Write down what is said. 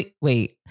Wait